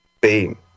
beam